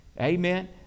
Amen